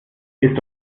ist